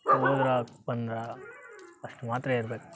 ಹೋದ್ರಾ ಬಂದ್ರ ಅಷ್ಟು ಮಾತ್ರ ಇರ್ಬೇಕು